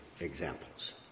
examples